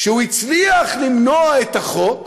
שהוא הצליח למנוע את החוק,